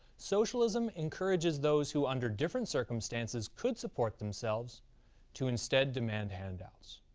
socialism encourages those who under different circumstances could support themselves to instead demand handouts.